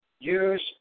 Use